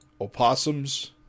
opossums